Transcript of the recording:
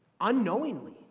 unknowingly